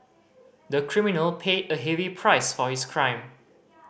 the criminal paid a heavy price for its crime